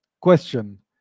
question